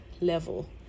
level